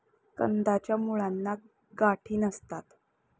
कंदाच्या मुळांना गाठी नसतात